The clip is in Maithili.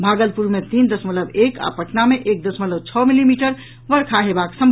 भागलपुर मे तीन दशमलव एक आ पटना मे एक दशमलव छओ मिलीमीटर वर्षा हेबाक संवाद अछि